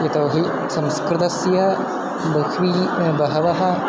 यतोहि संस्कृतस्य बह्वी बहवः